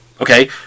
Okay